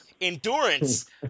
endurance